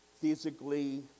physically